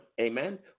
Amen